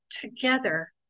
together